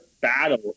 battle